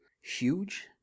huge